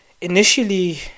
initially